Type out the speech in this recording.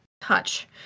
touch